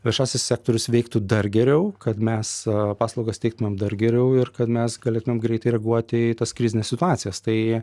viešasis sektorius veiktų dar geriau kad mes paslaugas teiktumėm dar geriau ir kad mes galėtumėm greitai reaguoti į tas krizines situacijas tai